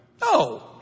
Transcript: No